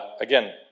Again